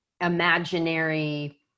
imaginary